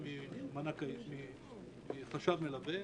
מחשב מלווה.